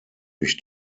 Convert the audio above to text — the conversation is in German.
durch